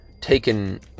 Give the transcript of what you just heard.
taken